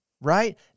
right